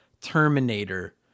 terminator